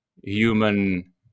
human